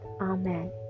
Amen